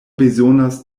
bezonas